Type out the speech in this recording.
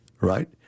right